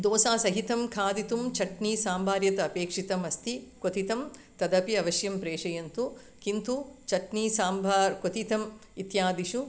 दोसासहितं खादितुं चट्नी साम्बार् यत् अपेक्षितम् अस्ति क्वथितं तदपि अवश्यं प्रेषयन्तु किन्तु चट्नी साम्भार् क्वथितं इत्यादिषु